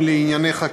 אדוני היושב-ראש,